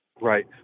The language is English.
right